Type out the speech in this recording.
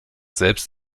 selbst